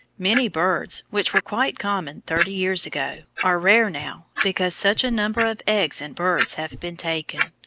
many birds, which were quite common thirty years ago, are rare now because such a number of eggs and birds have been taken.